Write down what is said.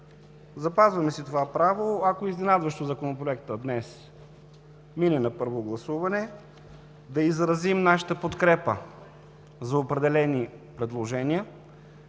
Запазваме си това право, ако изненадващо Законопроектът днес мине на първо гласуване, да изразим нашата подкрепа за определени предложения,